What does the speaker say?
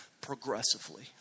progressively